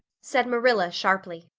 said marilla sharply.